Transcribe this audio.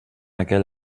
aquell